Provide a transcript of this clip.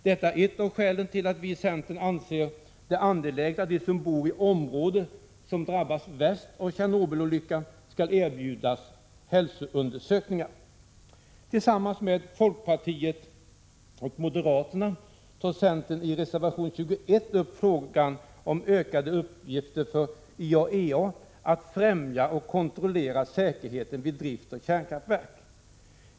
Detta är ett av skälen till att vi i centern anser det angeläget att de som bor i de områden som drabbats värst av Tjernobylolyckan skall erbjudas hälsoundersökningar. Tillsammans med folkpartiet och moderata samlingspartiet tar centern i reservation 21 upp frågan om ökade uppgifter för IAEA att främja och kontrollera säkerheten vid drift av kärnkraftverk.